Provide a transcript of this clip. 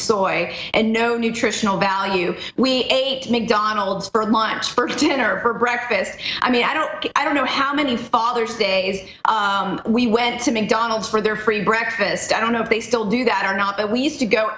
soy and no nutritional value we ate mcdonald's for a minute first dinner for breakfast i mean i don't i don't know how many father's day we went to mcdonald's for their free breakfast i don't know if they still do that or not that we used to go